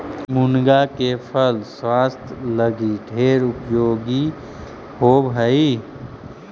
मुनगा के फल स्वास्थ्य लागी ढेर उपयोगी होब हई